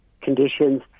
conditions